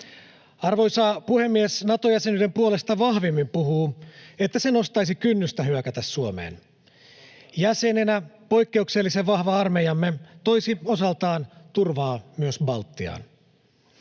Arvoisa puhemies! Nato-jäsenyyden puolesta vahvimmin puhuu se, että se nostaisi kynnystä hyökätä Suomeen. Jäsenenä poikkeuksellisen vahva armeijamme toisi osaltaan turvaa myös Baltiaan.